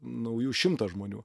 naujų šimta žmonių